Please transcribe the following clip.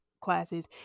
classes